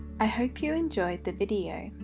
i hope you enjoyed the video.